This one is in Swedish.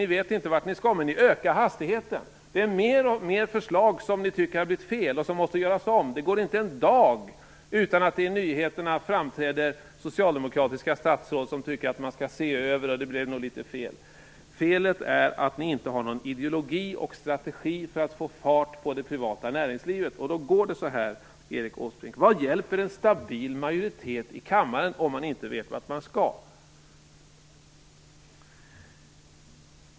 Ni vet inte vart ni skall, men ni ökar hastigheten. Det är fler och fler förslag som ni tycker har blivit fel och som ni tycker måste göras om. Det går inte en dag utan att det i nyheterna framträder socialdemokratiska statsråd som tycker att man skall se över och att det nog blev litet fel. Felet är att ni inte har någon ideologi och strategi för att få fart på det privata näringslivet. Då går de så här, Erik Åsbrink. Vad hjälper en stabil majoritet i kammaren om man inte vet vart man skall.